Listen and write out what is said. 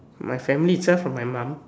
my family itself from my mom